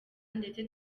ndetse